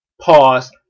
pause